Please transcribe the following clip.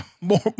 more